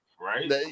Right